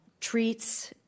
treats